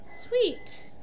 Sweet